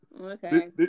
Okay